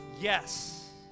yes